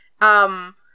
um-